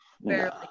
barely